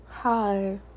Hi